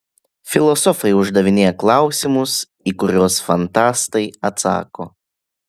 filosofai uždavinėja klausimus į kuriuos fantastai atsako